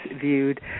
viewed